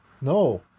No